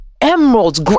emeralds